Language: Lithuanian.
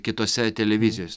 kitose televizijos